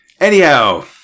anyhow